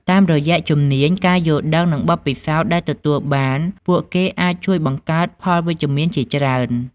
តាមរយៈជំនាញ ការយល់ដឹង និងបទពិសោធន៍ដែលទទួលបាន ពួកគេអាចជួយបង្កើតផលវិជ្ជមានជាច្រើន។